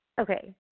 Okay